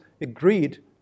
agreed